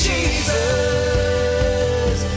Jesus